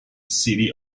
city